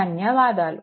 ధన్యవాదాలు